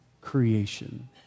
creation